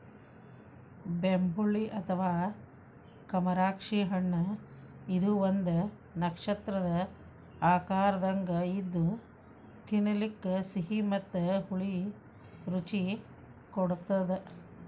ಬೆಂಬುಳಿ ಅಥವಾ ಕಮರಾಕ್ಷಿ ಹಣ್ಣಇದು ಒಂದು ನಕ್ಷತ್ರದ ಆಕಾರದಂಗ ಇದ್ದು ತಿನ್ನಲಿಕ ಸಿಹಿ ಮತ್ತ ಹುಳಿ ರುಚಿ ಕೊಡತ್ತದ